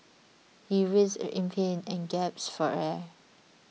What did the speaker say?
he writhed in pain and gasped for air